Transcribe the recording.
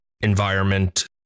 environment